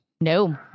no